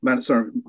sorry